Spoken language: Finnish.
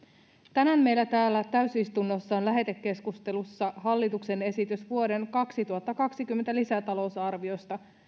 tänään meillä täällä täysistunnossa on lähetekeskustelussa hallituksen esitys vuoden kaksituhattakaksikymmentä lisätalousarviosta